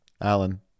alan